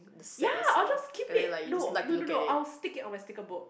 ya I will just keep it no no no no I will just stick it on my sticker book